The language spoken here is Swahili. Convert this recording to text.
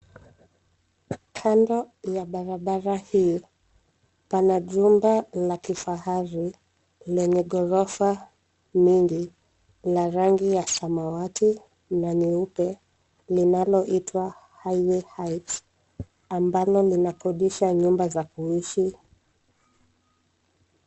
Kando ya barabara hii, pana jumba la kifahari lenye gorofa mingi la rangi la samawati la nyeupe, linaloitwa Highway Heights ambalo linakodisha nyumba za kuishi.